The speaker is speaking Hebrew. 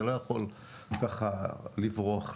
זה לא יכול לברוח לנו.